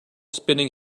spinning